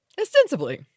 Ostensibly